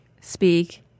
speak